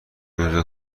روز